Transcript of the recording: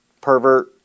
pervert